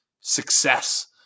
success –